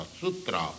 sutra